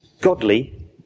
godly